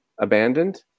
abandoned